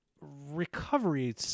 recovery